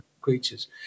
creatures